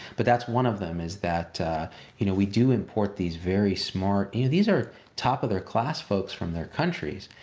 but that's one of them, is that you know we do import these very smart, these are top of their class folks from their countries.